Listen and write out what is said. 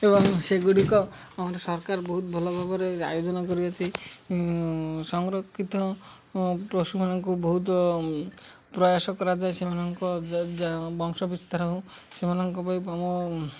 ଏବଂ ସେଗୁଡ଼ିକ ଆମର ସରକାର ବହୁତ ଭଲ ଭାବରେ ଆୟୋଜନ କରିଅଛି ସଂରକ୍ଷିତ ପଶୁମାନଙ୍କୁ ବହୁତ ପ୍ରୟାସ କରାଯାଏ ସେମାନଙ୍କ ବଂଶ ବିସ୍ତାର ହଉ ସେମାନଙ୍କ ପାଇଁ ଆମ